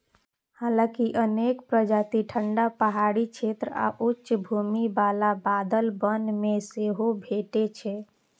हालांकि अनेक प्रजाति ठंढा पहाड़ी क्षेत्र आ उच्च भूमि बला बादल वन मे सेहो भेटै छै